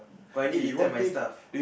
oh I need return my stuff